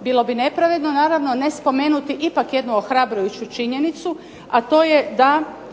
Bilo bi nepravedno naravno ne spomenuti ipak jednu ohrabrujuću činjenicu, a to je da